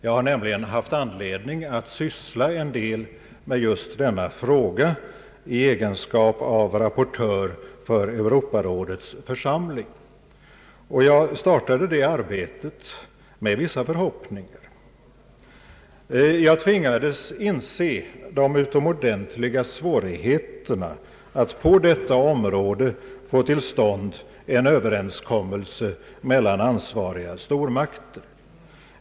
Jag har haft anledning att syssla en del med just denna fråga i egenskap av rapportör för Euorparådets församling. Jag startade det arbetet med vissa förhoppningar. Jag tvingades inse de utomordentliga svårigheterna att på detta område få till stånd en överenskommelse mellan ansvariga stormakter.